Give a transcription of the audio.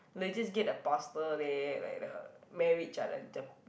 like just get the pastor leh like the marriage ah the the